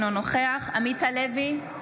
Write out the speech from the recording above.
אינו נוכח עמית הלוי,